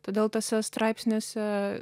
todėl tuose straipsniuose